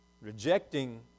rejecting